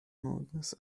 mondes